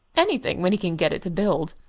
anything, when he can get it to build.